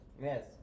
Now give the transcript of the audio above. Yes